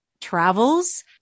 travels